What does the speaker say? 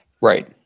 Right